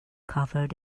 covered